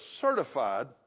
certified